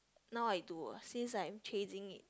now I do ah since I'm chasing it